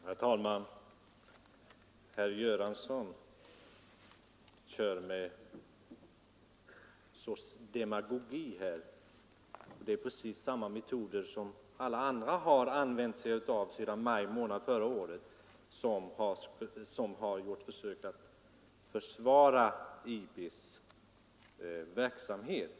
Herr talman! Herr Göransson tillgriper demagogiska metoder i denna debatt, och det är precis vad alla de andra har gjort som försökt försvara IB:s verksamhet.